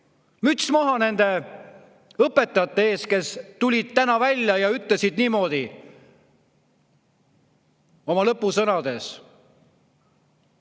Müts maha nende õpetajate ees, kes tulid täna välja ja ütlesid oma lõpusõnades